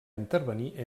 intervenir